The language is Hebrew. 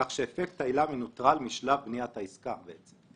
כי במכתב שלו, עם כל הכבוד, רב הנסתר על הגלוי.